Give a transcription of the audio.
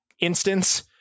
instance